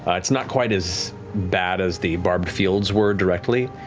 it's not quite as bad as the barbed fields were directly,